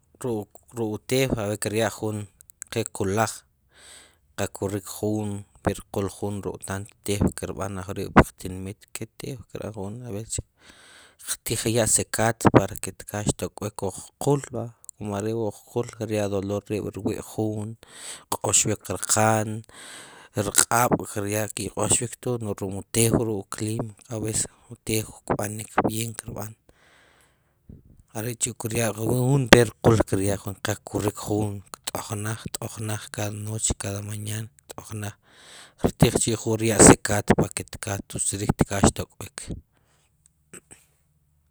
Ruk'wu tew ke rya jun ke qulaj qa kwirik jun ve rqul jun ruk tant teuw kerb'an ajk'ori pqtinmit ke teuw kerb'an aves chi qtij ry'a sakat para ke tkal xt'owik wu qq'ul va komo arewa wu qq'ul kerya dor rwi jun kq'oxwik rqan rq'ab' kery'a keq'oxwik tod nu rum wu teuw ruk wu klim aves wun teuw qb'anik vien kerb'an rechi kery'a ver rqul kery'a jun qakwirk jun kt'ojnaj kt'ojnaj kada noch kada mañan kt'ojnaj kertij chi jun ry'a sakat pake tkal tutzrin tal xtok'wik